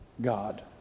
God